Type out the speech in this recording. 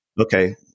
Okay